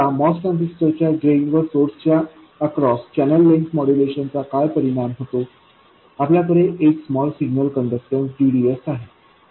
आता MOS transistor च्या drain व सोर्स च्या अक्रॉस चॅनेल लेंग्थ मॉड्यूलेशनचा काय परिणाम होतो आपल्याकडे एक स्मॉल सिग्नल कंडक्टन्स gdsआहे